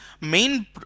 main